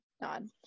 nod